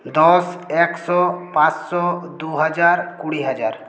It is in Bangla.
দশ একশো পাঁচশো দুহাজার কুড়ি হাজার